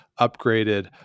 upgraded